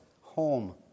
home